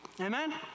Amen